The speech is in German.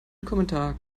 kommentar